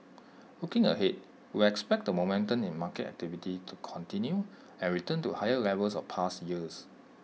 looking ahead we expect the momentum in market activity to continue and return to higher levels of past years